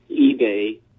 eBay